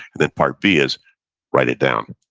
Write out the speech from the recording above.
then part b is write it down.